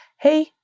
hey